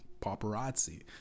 paparazzi